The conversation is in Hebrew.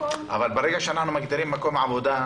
אבל ברגע שאנחנו מגדירים מקום עבודה,